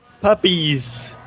Puppies